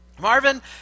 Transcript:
Marvin